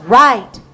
right